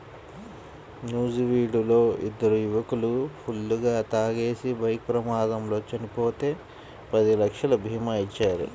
నూజివీడులో ఇద్దరు యువకులు ఫుల్లుగా తాగేసి బైక్ ప్రమాదంలో చనిపోతే పది లక్షల భీమా ఇచ్చారు